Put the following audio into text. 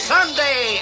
Sunday